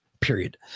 period